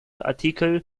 artikel